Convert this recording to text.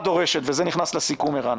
הוועדה דורשת מהממשלה וזה נכנס לסכום, ערן